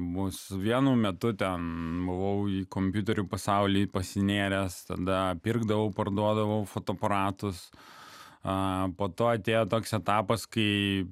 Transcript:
mus vienu metu ten buvau į kompiuterių pasaulį pasinėręs tada pirkdavau parduodavau fotoaparatus a po to atėjo toks etapas kai